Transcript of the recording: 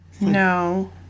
No